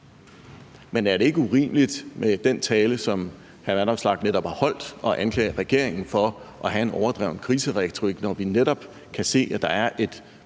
Men er det ikke urimeligt med den tale, som hr. Alex Vanopslagh netop har holdt, at anklage regeringen for at have en overdreven kriseretorik, når vi netop kan se, at der er et